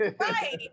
right